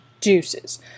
juices